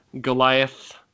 Goliath